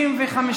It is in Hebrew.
אוקיי.